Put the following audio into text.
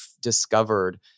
discovered